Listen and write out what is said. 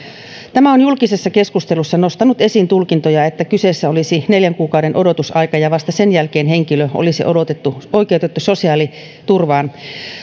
tämä on julkisessa keskustelussa nostanut esiin tulkintoja että kyseessä olisi neljän kuukauden odotusaika ja vasta sen jälkeen henkilö olisi oikeutettu sosiaaliturvaan